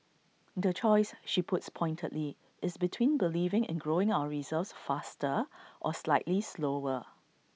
the choice she puts pointedly is between believing in growing our reserves faster or slightly slower